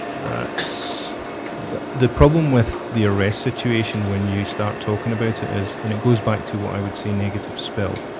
that's the the problem with the arrest situation, when you start talking about ah it, and it goes back to what i would see negative spill.